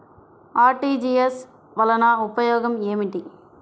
RTGS వలన ఉపయోగం ఏమిటీ?